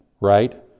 right